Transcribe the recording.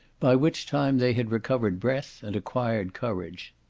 by which time they had recovered breath, and acquired courage.